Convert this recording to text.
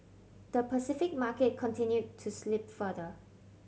the Pacific market continue to slip further